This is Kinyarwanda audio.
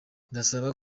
ndasaba